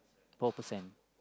four percent